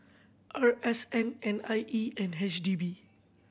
R S N N I E and H D B